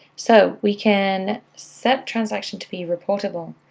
so we can set transaction to be reportable.